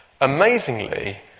Amazingly